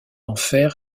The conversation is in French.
enfer